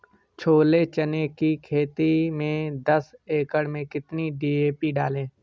छोले चने की खेती में दस एकड़ में कितनी डी.पी डालें?